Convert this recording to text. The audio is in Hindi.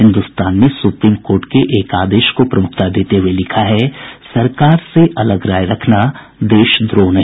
हिन्दुस्तान ने सुप्रीम कोर्ट के एक आदेश को प्रमुखता देते हुए लिखा है सरकार से अलग राय रखना देशद्रोह नहीं